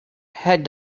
had